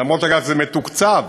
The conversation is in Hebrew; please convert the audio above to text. אף שזה מתוקצב,